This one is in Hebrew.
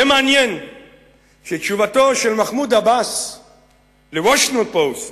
מעניין שתשובתו של מחמוד עבאס ל"וושינגטון פוסט",